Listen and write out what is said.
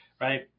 right